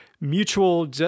mutual